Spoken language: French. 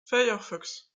firefox